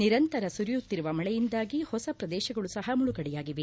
ನಿರಂತರ ಸುರಿಯುತ್ತಿರುವ ಮಳೆಯಿಂದಾಗಿ ಹೊಸ ಪ್ರದೇಶಗಳು ಸಹ ಮುಳುಗಡೆಯಾಗಿವೆ